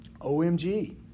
OMG